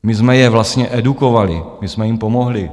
My jsme je vlastně edukovali, my jsme jim pomohli.